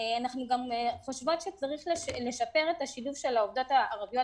אנחנו חושבות שצריך לשפר את השילוב של העובדות הערביות